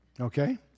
okay